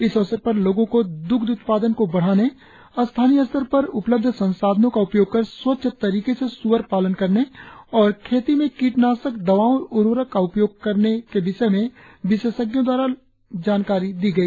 इस अवसर पर लोगों को दुग्ध उत्पादन को बढ़ाने स्थानीय स्तर पर उपलब्ध संसाधनों का उपयोग कर स्वच्छ तरीके से सुअर पालन करने और खेती में कीटनाशक दवाओं और उर्वरक का उपयोग करने विषय में विशेषज्ञों द्वारा लोगों को सही जानकारी दी गई